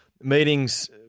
meetings